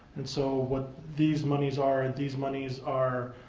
and so, what these monies are, and these monies are